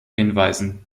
hinweisen